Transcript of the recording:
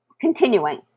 Continuing